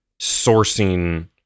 sourcing